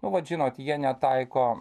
nu vat žinot jie netaiko